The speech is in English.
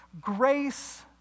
Grace